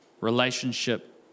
Relationship